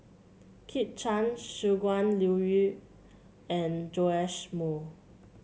Kit Chan Shangguan Liuyun and Joash Moo